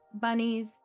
bunnies